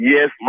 Yes